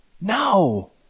No